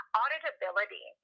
auditability